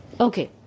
Okay